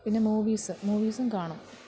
പിന്നെ മൂവീസ് മൂവീസും കാണും